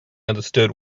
understood